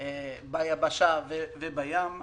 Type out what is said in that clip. ביבשה ובים,